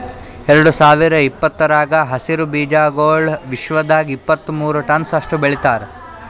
ಎರಡು ಸಾವಿರ ಇಪ್ಪತ್ತರಾಗ ಹಸಿರು ಬೀಜಾಗೋಳ್ ವಿಶ್ವದಾಗ್ ಇಪ್ಪತ್ತು ಮೂರ ಟನ್ಸ್ ಅಷ್ಟು ಬೆಳಿತಾರ್